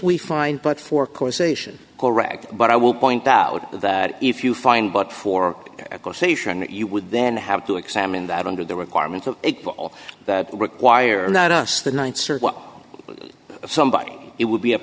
we find but for course ation correct but i will point out that if you find but for causation you would then have to examine that under the requirements of all that require not us the th circuit somebody it would be